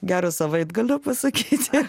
gero savaitgalio pasakyti